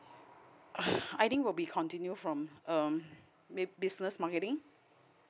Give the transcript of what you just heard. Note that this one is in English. I think will be continue from um business marketing